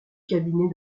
cabinet